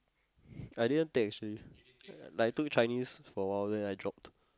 I didn't take actually like I took Chinese for awhile then I dropped